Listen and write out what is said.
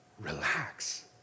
Relax